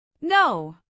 No